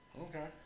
Okay